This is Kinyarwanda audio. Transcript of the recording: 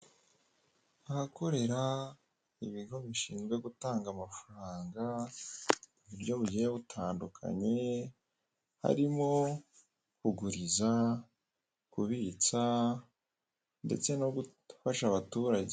Ahakorera ibigo bishinzwe gutanga amafaranga ku buryo bugiye butandukanye harimo kuguriza, kubitsa, ndetse no gufasha abaturage.